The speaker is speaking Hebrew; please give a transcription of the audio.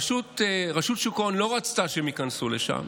רשות שוק ההון לא רצתה שהם ייכנסו לשם,